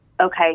Okay